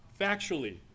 factually